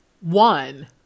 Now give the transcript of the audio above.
one